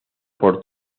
por